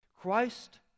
Christ